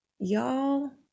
Y'all